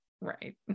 right